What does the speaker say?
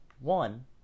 One